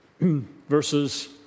verses